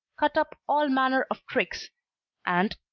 cut up all manner of tricks and,